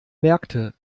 merkte